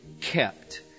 Kept